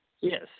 Yes